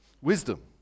Wisdom